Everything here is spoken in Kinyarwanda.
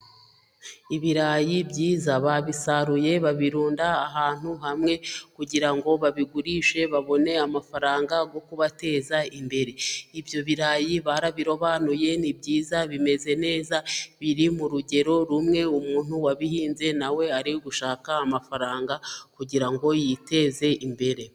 Ibirayi byiza, babisaruye babirunda ahantu hamwe kugira ngo babigurishe babone amafaranga yo kubateza imbere, ibyo birayi barabirobanuye ni byiza, bimeze neza biri mu rugero rumwe, umuntu wabihinze nawe ari gushaka amafaranga kugirango ngo yiteze imbere.